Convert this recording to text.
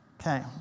Okay